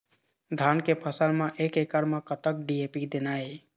धान के फसल म एक एकड़ म कतक डी.ए.पी देना ये?